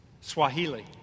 Swahili